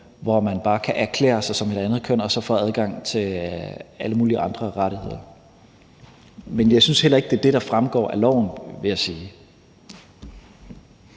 hvor man bare kan erklære sig som et andet køn og så få adgang til alle mulige andre rettigheder. Men jeg synes heller ikke, det er det, der fremgår af loven, vil jeg sige.